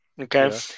okay